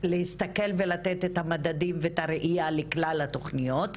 להסתכל ולתת את המדדים ואת הראייה לכלל התוכניות.